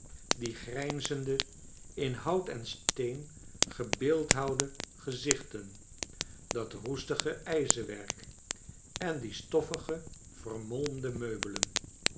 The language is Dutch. die grijnzende in hout en steen gebeeldhouwde gezichten dat roestige ijzerwerk en die stofferige vermolmde meubelen